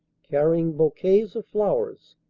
carrying bou quets of flowers.